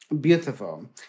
Beautiful